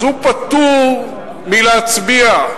אז הוא פטור מלהצביע.